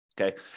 Okay